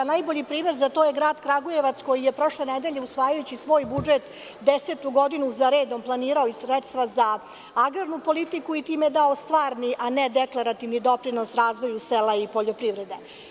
Najbolji primer za to je grad Kragujevac, koji je prošle nedelje, usvajajući svoj budžet, desetu godinu za redom planirao i sredstva za agrarnu politiku i time dao stvarni, a ne deklarativni doprinos razvoju sela i poljoprivrede.